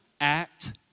act